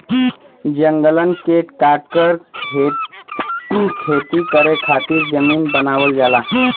जंगलन के काटकर खेती करे खातिर जमीन बनावल जाला